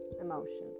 emotions